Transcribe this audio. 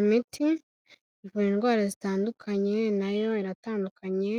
Imiti ivura indwara zitandukanye na yo iratandukanye,